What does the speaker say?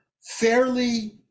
fairly